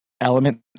element